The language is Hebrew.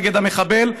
נגד המחבל,